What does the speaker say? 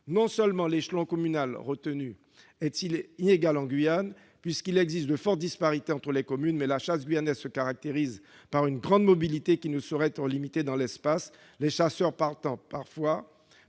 Non seulement l'échelon communal retenu est inégal en Guyane, puisqu'il existe de fortes disparités entre les communes, mais la chasse guyanaise se caractérise par une grande mobilité, qui ne saurait être limitée dans l'espace, les chasseurs partant parfois